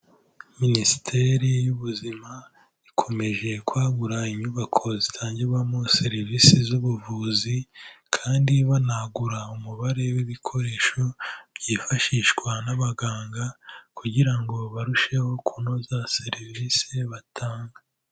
Minisiteri y'ubuzima ikomeje kwagura inyubako zitangirwamo serivisi z'ubuvuzi, kandi banagura umubare w'ibikoresho byifashishwa n'abaganga, kugira ngo barusheho kunoza serivisi batanga.